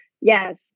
Yes